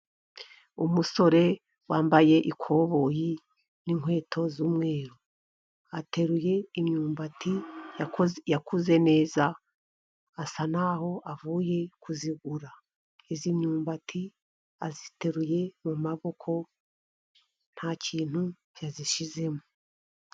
Umusore wambaye ikoboyi n'inkweto z'umweru ateruye imyumbati yakuze neza, asa n'aho avuye kuyigura, iyi myumbati ayiteruye mu maboko nta kintu yayishyizemo.